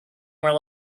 were